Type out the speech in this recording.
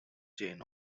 chain